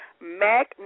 MAC